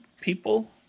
people